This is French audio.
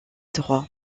droit